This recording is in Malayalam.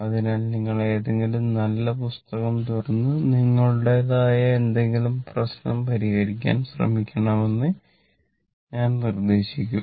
അതിനാൽ നിങ്ങൾ ഏതെങ്കിലും നല്ല പുസ്തകം തുറന്ന് നിങ്ങളുടേതായ എന്തെങ്കിലും പ്രശ്നം പരിഹരിക്കാൻ ശ്രമിക്കണമെന്ന് ഞാൻ നിർദ്ദേശിക്കും